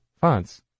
fonts